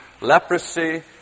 leprosy